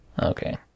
Okay